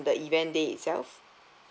the event day itself